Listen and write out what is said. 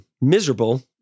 miserable